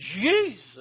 Jesus